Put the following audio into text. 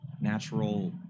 natural